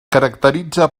caracteritza